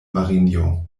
marinjo